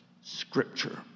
scripture